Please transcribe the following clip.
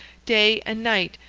day and night,